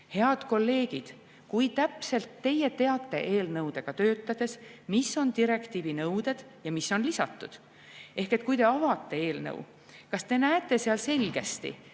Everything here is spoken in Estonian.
kolleegid! Kui täpselt te teate eelnõudega töötades, mis on direktiivi nõuded ja mis on lisatud? Ehk kui te avate eelnõu, kas te näete seal selgesti,